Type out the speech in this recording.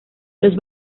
los